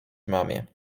mamie